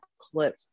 clip